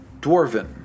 Dwarven